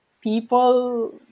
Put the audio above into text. people